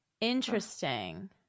Interesting